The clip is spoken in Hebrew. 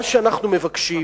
מה שאנחנו מבקשים